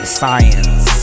science